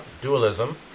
dualism